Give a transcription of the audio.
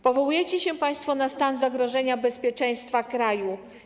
Powołujecie się państwo na stan zagrożenia bezpieczeństwa kraju.